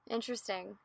Interesting